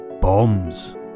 Bombs